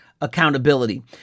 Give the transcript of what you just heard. accountability